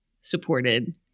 supported